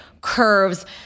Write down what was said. Curves